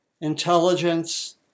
intelligence